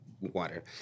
water